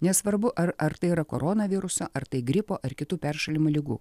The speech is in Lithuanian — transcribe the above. nesvarbu ar ar tai yra koronaviruso ar tai gripo ar kitų peršalimo ligų